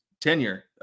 tenure